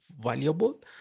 valuable